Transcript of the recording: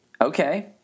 Okay